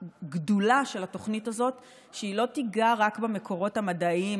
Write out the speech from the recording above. הגדולה של התוכנית הזאת היא שהיא לא תיגע רק במקורות המדעיים,